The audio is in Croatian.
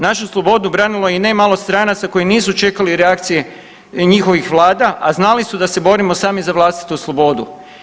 Našu slobodu branilo je i ne malo stranaca koji nisu čekali reakcije njihovih Vlada, a znali su da se borimo sami za vlastitu slobodu.